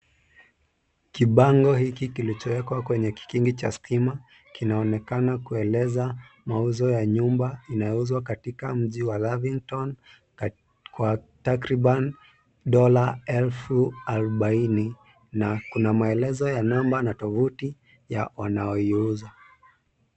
Kibango hiki kilichowekwa kwenye kikingi cha stima kinaonekana kueleza mauzo ya nyumba inayouzwa katika mji wa Lavington kwa takriban dola 40,000, na kuna maelezo ya namba na tuvuti ya wanayoiuza,.